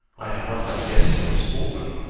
i have not had a guess from miss portman.